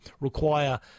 require